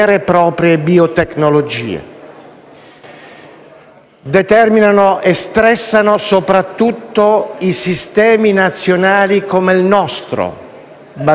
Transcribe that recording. Determinano e stressano soprattutto i sistemi nazionali come il nostro, basato sulla solidarietà